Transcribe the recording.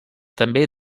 també